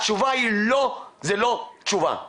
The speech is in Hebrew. התשובה לא זו לא תשובה,